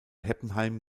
heppenheim